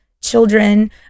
children